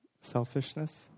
Selfishness